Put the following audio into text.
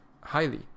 highly